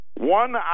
One